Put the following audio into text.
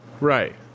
Right